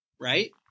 right